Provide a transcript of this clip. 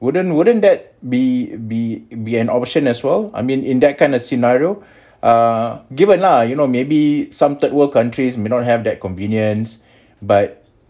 wouldn't wouldn't that be be be an option as well I mean in that kind of scenario uh give it lah you know maybe some third world countries may not have that convenience but